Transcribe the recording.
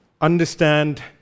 understand